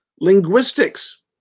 linguistics